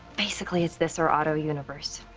basically, it's this or auto universe.